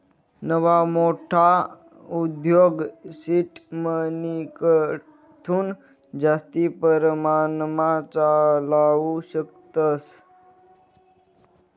नवा मोठा उद्योग सीड मनीकडथून जास्ती परमाणमा चालावू शकतस